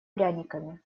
пряниками